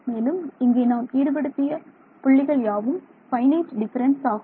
மேலும் இங்கே நாம் ஈடுபடுத்திய புள்ளிகள் யாவும் ஃபைனைட் டிஃபரன்ஸ் ஆகும்